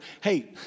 hey